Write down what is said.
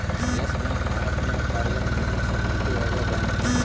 yes bank Bharat में कार्यरत निजी क्षेत्र के एगो बैंक हइ